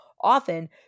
often